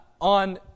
on